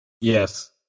Yes